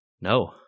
No